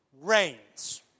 reigns